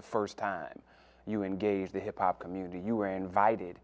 the first time you engage the hip hop community you were invited